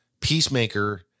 peacemaker